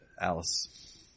Alice